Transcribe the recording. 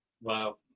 wow